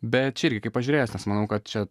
bet čia irgi kaip pažiūrėjus nes manau kad čia